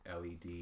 LED